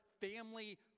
family